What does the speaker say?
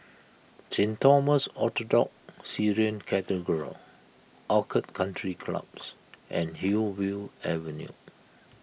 Saint Thomas Orthodox Syrian Cathedral Orchid Country Clubs and Hillview Avenue